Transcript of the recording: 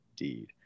indeed